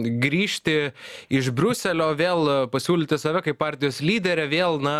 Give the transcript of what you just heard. grįžti iš briuselio vėl pasiūlyti save kaip partijos lyderę vėl na